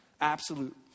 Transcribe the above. absolute